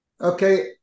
Okay